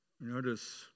notice